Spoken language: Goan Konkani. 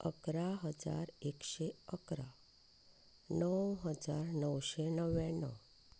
अकरा हजार एकशें अकरा णव हजार णवशें णव्याणव